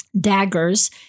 daggers